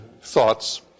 thoughts